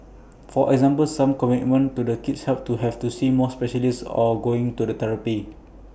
for example some commitment to the kids help to have to see more specialists or going to the therapy